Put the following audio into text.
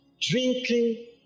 drinking